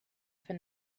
for